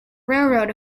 railroad